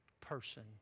person